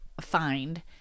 find